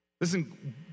Listen